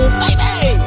Baby